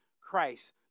Christ